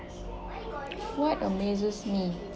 what amazes me